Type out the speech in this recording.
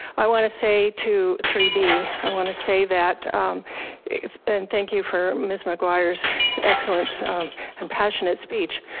i wanna say to three b i wanna say that and thank you for miss mcguire's excellent and passionate speech.